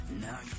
Now